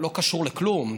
לא קשור לכלום.